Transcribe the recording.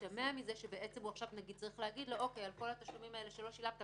משתמע מזה שעכשיו הוא צריך להגיד: על כל התשלומים שלא שילמת,